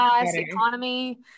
economy